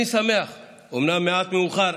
אני שמח, אומנם מעט מאוחר,